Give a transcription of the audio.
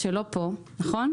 שלא נמצא כאן עכשיו,